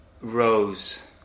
Rose